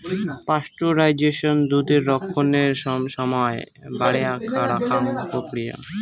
pasteurisation দুধের রক্ষণের সমায় বাড়েয়া রাখং প্রক্রিয়া